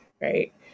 right